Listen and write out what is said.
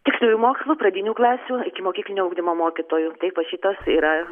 tiksliųjų mokslų pradinių klasių ikimokyklinio ugdymo mokytojų taip va šitas yra